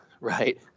right